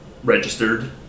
registered